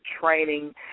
training